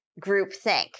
groupthink